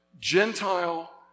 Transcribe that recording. Gentile